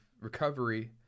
Recovery